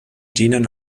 dienen